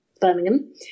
Birmingham